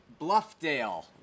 bluffdale